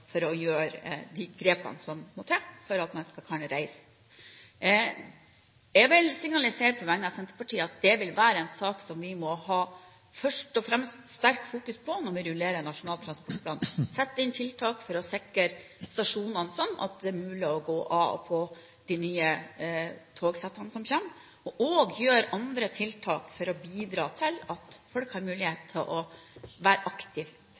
for å kunne gjøre de grepene som må til for at man skal kunne reise. Jeg vil signalisere på vegne av Senterpartiet at det er en sak som vi først og fremst må ha sterkt fokus på når vi rullerer Nasjonal transportplan – sette inn tiltak for å sikre stasjonene sånn at det er mulig å gå av og på de nye togsettene som kommer, og også gjøre andre tiltak for å bidra til at folk har mulighet